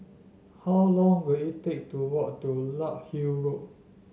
how long will it take to walk to Larkhill Road